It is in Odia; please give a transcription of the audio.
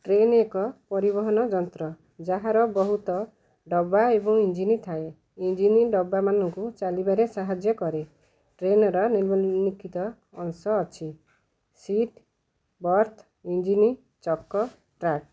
ଟ୍ରେନ୍ ଏକ ପରିବହନ ଯନ୍ତ୍ର ଯାହାର ବହୁତ ଡବା ଏବଂ ଇଞ୍ଜିନ୍ ଥାଏ ଇଞ୍ଜିନ୍ ଡବାମାନଙ୍କୁ ଚାଲିବାରେ ସାହାଯ୍ୟ କରେ ଟ୍ରେନ୍ର ନିମ୍ନଲିଖିତ ଅଂଶ ଅଛି ସିଟ୍ ବର୍ଥ୍ ଇଞ୍ଜିନ୍ ଚକ ଟ୍ରାକ୍